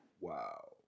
Wow